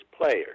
players